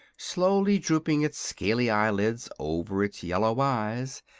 slowly drooping its scaley eyelids over its yellow eyes,